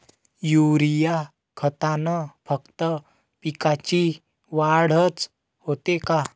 Urea खतानं फक्त पिकाची वाढच होते का?